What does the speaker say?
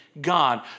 God